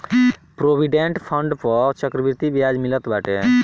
provident fund पअ चक्रवृद्धि बियाज मिलत बाटे